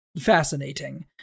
Fascinating